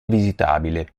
visitabile